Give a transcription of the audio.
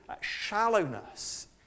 shallowness